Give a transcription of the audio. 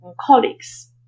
colleagues